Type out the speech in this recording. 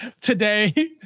Today